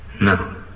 no